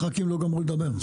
הח"כים לא גמרו לדבר.